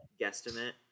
guesstimate